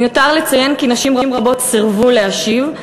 מיותר לציין כי נשים רבות סירבו להשיב.